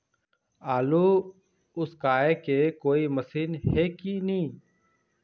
आलू उसकाय के कोई मशीन हे कि नी?